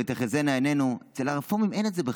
"ותחזינה עינינו" אצל הרפורמים אין את זה בכלל.